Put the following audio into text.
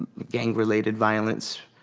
gang-related violence.